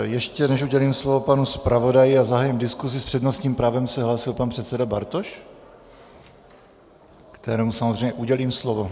Ještě než udělím slovo panu zpravodaji a zahájím diskusi, s přednostním právem se hlásil pan předseda Bartoš, kterému samozřejmě udělím slovo.